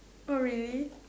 oh really